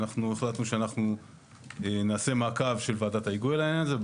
החלטנו שאנחנו נעשה מעקב של ועדת ההיגוי לעניין הזה.